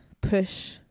push